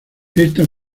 esta